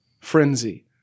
frenzy